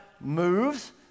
moves